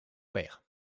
père